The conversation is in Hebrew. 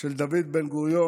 של דוד בן-גוריון,